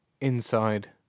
inside